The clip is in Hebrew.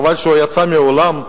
חבל שהוא יצא מהאולם,